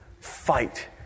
fight